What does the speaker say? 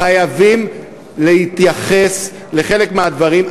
חייבים להתייחס לחלק מהדברים.